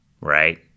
right